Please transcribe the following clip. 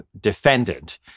defendant